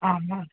आम् आम्